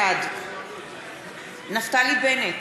בעד נפתלי בנט,